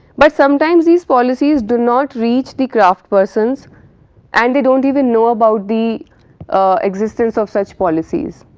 but sometimes these policies do not reach the craftspersons. and, they don't even know about the existence of such policies.